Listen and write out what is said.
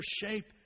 shape